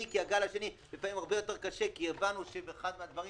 כי הגל השני לפעמים הרבה יותר קשה כי הבנו שאחד הדברים